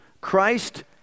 Christ